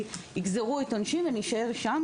יגזרו את עונשי ואני אשאר שם.